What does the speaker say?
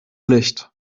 licht